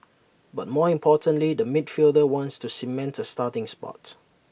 but more importantly the midfielder wants to cement A starting spot